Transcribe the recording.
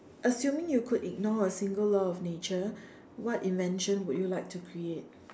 assuming you could ignore a single law of nature what invention would you like to create